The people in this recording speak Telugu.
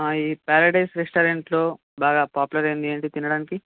ఈ ప్యారడైజ్ రెస్టారెంట్లో బాగా పాపులర్ అయింది ఏంటి తినడానికి